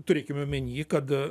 turėkim omeny kad